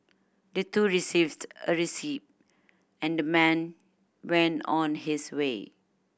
the two received a receipt and the man went on his way